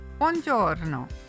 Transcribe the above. buongiorno